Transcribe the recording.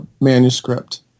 manuscript